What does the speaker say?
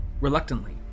Reluctantly